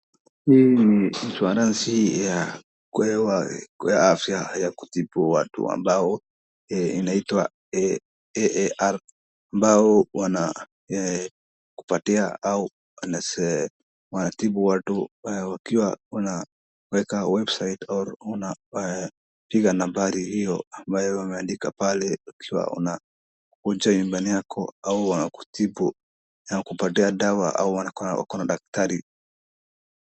Hii ni kitu anayosihi kuwa afya ya kutibu watu ambayo inaitwa AAR ambao wanaokupatia au wanatibu watu wakiwa wanaweka website or unapiga nambari huyo amabayo wameandika pale make sure unakunja imani yako au wanakutibu na kupatia dawa au wanakupatia daktari.